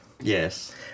Yes